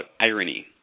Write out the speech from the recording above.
irony